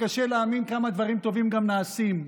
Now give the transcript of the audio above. קשה להאמין כמה דברים טובים גם נעשים,